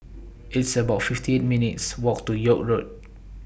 It's about fifty eight minutes' Walk to York Road